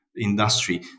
Industry